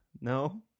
No